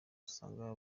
usanga